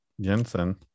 Jensen